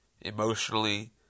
emotionally